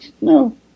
No